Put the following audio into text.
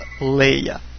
Leia